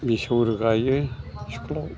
बिसर गायो स्कलाव